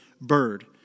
bird